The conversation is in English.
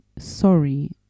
sorry